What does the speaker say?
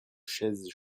chaises